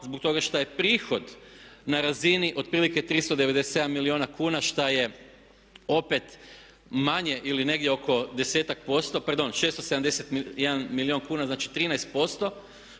zbog toga šta je prihod na razini otprilike 397 milijuna kuna šta je opet manje ili negdje oko desetak posto. Pardon, 671 milijun kuna, znači 13%, što